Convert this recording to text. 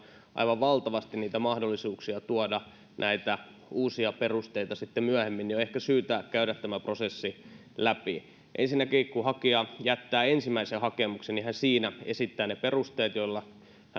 aivan valtavasti mahdollisuuksia tuoda näitä uusia perusteita myöhemmin niin on ehkä syytä käydä tämä prosessi läpi ensinnäkin kun hakija jättää ensimmäisen hakemuksensa niin hän siinä esittää ne perusteet joilla hän